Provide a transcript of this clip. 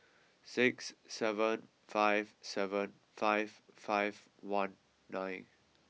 six seven five seven five five one nine